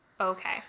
Okay